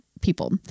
people